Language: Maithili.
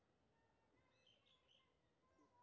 केतना रूपया लोन मिल सके छै?